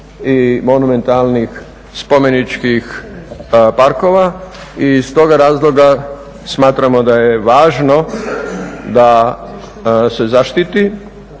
i monumentalnih spomeničkih parkova. I iz toga razloga smatramo da je važno da se zaštiti